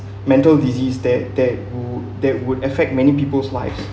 mental disease that that would that would affect many people's lives